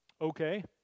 okay